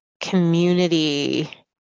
community